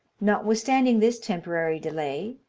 notwithstanding this temporary delay,